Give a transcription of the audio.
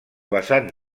vessant